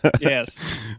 Yes